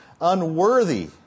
Unworthy